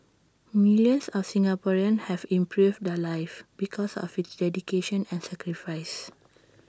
millions of Singaporeans have improved their lives because of his dedication and sacrifice